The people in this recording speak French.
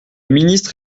ministre